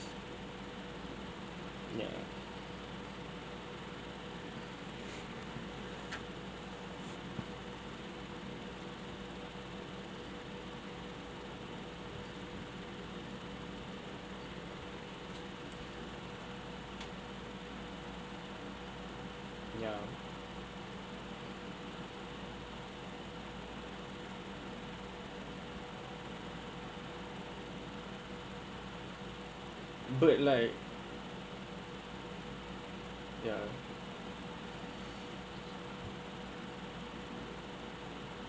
ya ya but like ya